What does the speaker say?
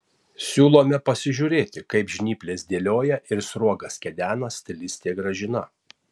siūlome pasižiūrėti kaip žnyples dėlioja ir sruogas kedena stilistė gražina